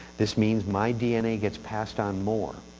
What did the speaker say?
this means my dna gets passed on more.